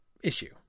issue